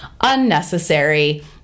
unnecessary